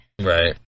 Right